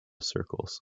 circles